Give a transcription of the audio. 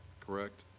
correct?